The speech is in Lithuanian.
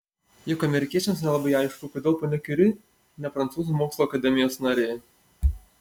juk amerikiečiams nelabai aišku kodėl ponia kiuri ne prancūzų mokslų akademijos narė